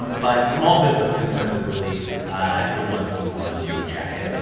but small business concern is really the one that you want to check in.